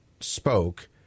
spoke